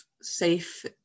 safe